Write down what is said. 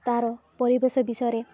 ତା'ର ପରିବେଶ ବିଷୟରେ